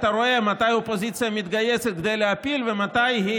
אתה רואה מתי האופוזיציה מתגייסת כדי להפיל ומתי היא